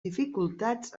dificultats